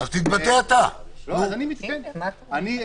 אדוני,